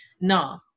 no